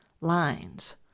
lines